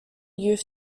youth